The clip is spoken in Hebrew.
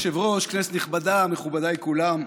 אדוני היושב-ראש, כנסת נכבדה, מכובדיי כולם,